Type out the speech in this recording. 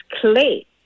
clay